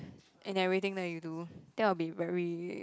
and I waiting then you do then I will be very